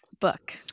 book